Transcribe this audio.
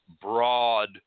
broad